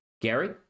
Gary